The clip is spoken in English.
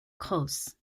coats